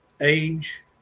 age